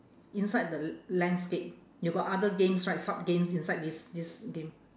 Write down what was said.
inside the l~ landscape you got other games right sub games inside this this game